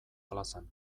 plazan